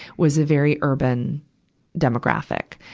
was a very urban demographic.